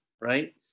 right